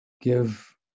give